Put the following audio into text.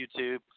YouTube